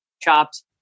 chopped